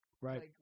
Right